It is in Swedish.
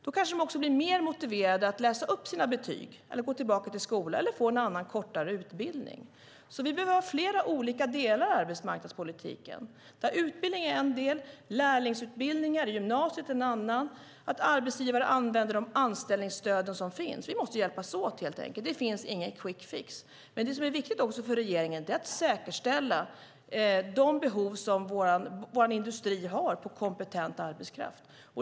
Då kanske de också blir mer motiverade att läsa upp sina betyg, gå tillbaka till skolan eller få en annan och kortare utbildning. Vi behöver ha flera olika delar i arbetsmarknadspolitiken. Utbildning är en del och lärlingsutbildningar i gymnasiet är en annan. Arbetsgivare ska använda de anställningsstöd som finns. Vi måste hjälpas åt, helt enkelt. Det finns ingen quick fix. Men det är också viktigt för regeringen att säkerställa de behov som vår industri har av kompetent arbetskraft.